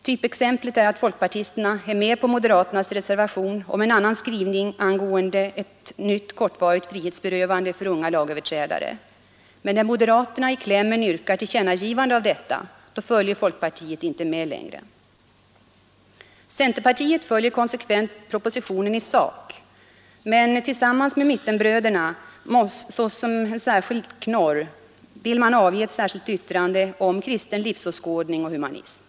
Typexemplet är att folkpartisterna är med på moderaternas reservation om en annan skrivning angående ett nytt, kortvarigt frihetsberövande för unga lagöverträdare. Men när moderaterna i klämmen yrkar på tillkännagivande av detta följer folkpartiet inte med längre. Centerpartiet följer konsekvent propositionen i sak, men tillsammans med mittenbröderna vill man såsom en speciell knorr avge ett särskilt yttrande om kristen livsåskådning och humanism.